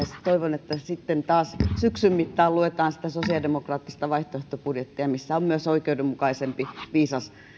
toivon että sitten taas syksyn mittaan luetaan sitä sosialidemokraattista vaihtoehtobudjettia missä on myös oikeudenmukaisempi viisas